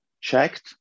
checked